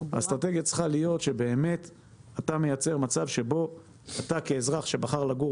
האסטרטגיה צריכה להיות שאתה כאזרח שבחר לגור